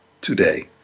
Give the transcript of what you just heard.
today